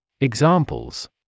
Examples